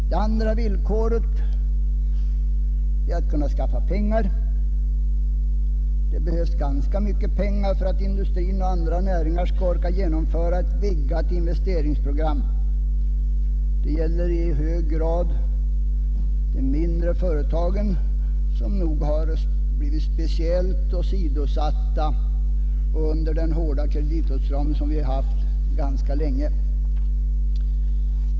Det åndra villkoret är att kunna skaffa pengar. Det behövs ganska mycket pengar för att industrin och andra näringar skall orka genomföra ett vidgat investeringsprogram. Detta gäller i hög grad för de mindre företagen, som nog har blivit speciellt åsidosatta under den hårda kreditåtstramning som vi nu har haft ganska länge.